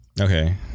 Okay